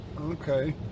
Okay